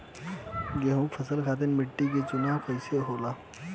गेंहू फसल खातिर मिट्टी के चुनाव कईसे होला?